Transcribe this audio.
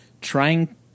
trying